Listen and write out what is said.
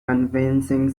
convincing